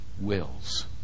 wills